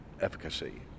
efficacy